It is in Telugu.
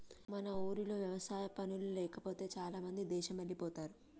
మన ఊర్లో వ్యవసాయ పనులు లేకపోతే చాలామంది దేశమెల్లిపోతారు